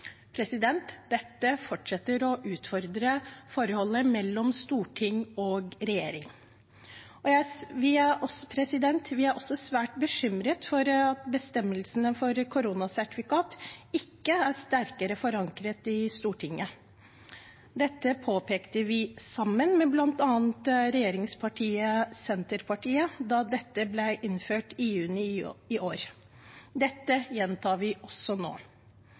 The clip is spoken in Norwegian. Dette fortsetter å utfordre forholdet mellom storting og regjering. Vi er også svært bekymret over at bestemmelsene for koronasertifikat ikke er sterkere forankret i Stortinget. Dette påpekte vi, sammen med bl.a. regjeringspartiet Senterpartiet, da dette ble innført i juni i år. Det gjentar vi også nå.